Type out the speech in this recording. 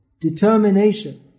determination